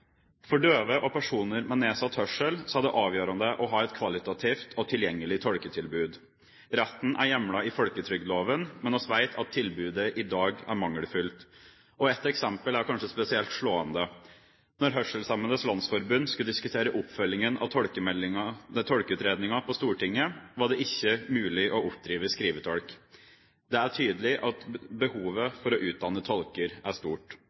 For døve og personer med nedsatt hørsel er det avgjørende å ha et kvalitativt og tilgjengelig tolketilbud. Retten er hjemlet i folketrygdloven, men vi vet at tilbudet i dag er mangelfullt. Ett eksempel er spesielt slående: Da Hørselshemmedes Landsforbund skulle diskutere oppfølgingen av Tolkeutredningen på Stortinget, var det ikke mulig å oppdrive skrivetolk. Det er tydelig at behovet for å utdanne tolker er stort.